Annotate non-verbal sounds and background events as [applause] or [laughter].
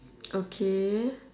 [noise] okay